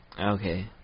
Okay